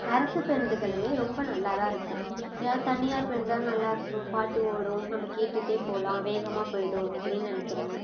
அரசு பேருந்துகளுமே ரொம்ப நல்லாதான் இருக்கும் எல்லோரும் தனியார் பேருந்து தான் நல்லாயிருக்கும் பாட்டு ஓடும் நம்ம கேட்டுகிட்டே போகலாம் வேகமாக போயிடும் அப்படினு நினைக்கிறாங்க